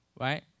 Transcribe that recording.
Right